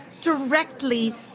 directly